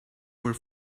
were